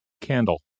candle